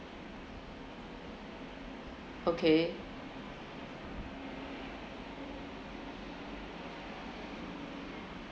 okay